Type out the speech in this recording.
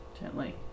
Gently